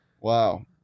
Wow